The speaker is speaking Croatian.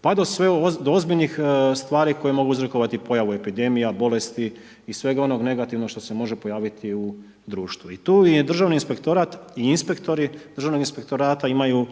pa do sve ozbiljnih stvari koje mogu uzrokovati pojavu epidemija, bolesti i svega onoga negativnog što se može pojaviti u društvu. I tu je državni inspektora i inspektori državnog inspektorata imaju